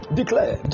declare